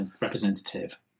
representative